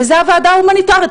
וזאת הוועדה ההומניטארית.